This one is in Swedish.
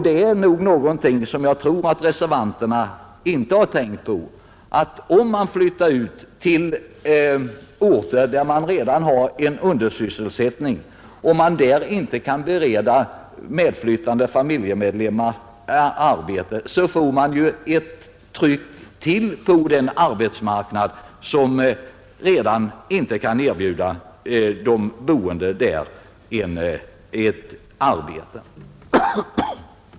Reservanterna har tydligen inte tänkt på att om verk flyttas till orter med undersysselsättning, där medföljande familjemedlemmar inte kan erbjudas arbete, så uppstår ett ännu större tryck på den arbetsmarknad som inte räckt till för att ge sysselsättning åt dem som bott där redan tidigare.